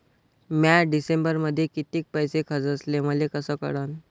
म्या डिसेंबरमध्ये कितीक पैसे खर्चले मले कस कळन?